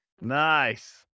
Nice